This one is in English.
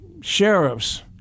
sheriffs